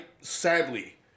sadly